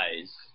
eyes